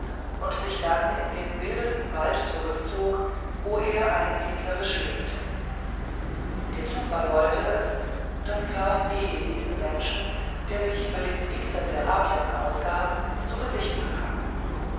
und sich dann in den wildesten wald zurückzog wo er einsiedlerisch lebte der zufall wollte es daß graf p diesen menschen der sich für den priester serapion ausgab zu gesicht bekam